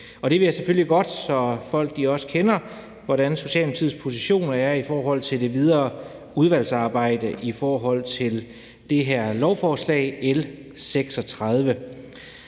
det vil jeg selvfølgelig godt, så folk også ved, hvordan Socialdemokratiets position er i forhold til det videre udvalgsarbejde i forhold til det her lovforslag,